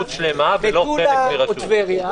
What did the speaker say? מטולה או טבריה.